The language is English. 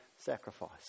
sacrifice